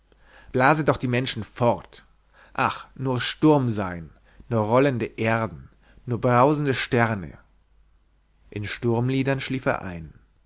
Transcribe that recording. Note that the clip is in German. blase doch die menschen fort ach nur sturm sein nur rollende erden nur brausende sterne in sturmliedern schlief er ein